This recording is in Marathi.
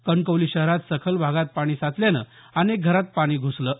कणकवली शहरात सखल भागात पाणी साचल्यामुळे अनेक घरात पाणी घुसले आहे